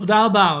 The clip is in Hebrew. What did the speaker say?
תודה רבה.